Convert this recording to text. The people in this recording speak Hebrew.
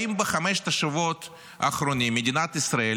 האם בחמשת השבועות האחרונים מדינת ישראל